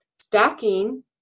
stacking